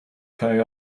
pay